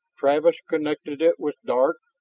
travis connected it with dark,